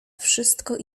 wszystko